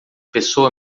pessoa